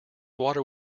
water